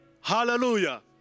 Hallelujah